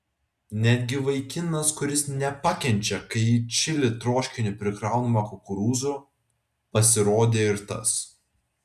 netgi vaikinas kuris nepakenčia kai į čili troškinį prikraunama kukurūzų pasirodė ir tas